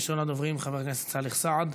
ראשון הדוברים, חבר הכנסת סאלח סעד,